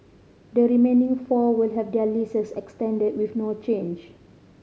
the remaining four will have their leases extended with no change